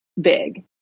big